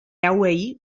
hauei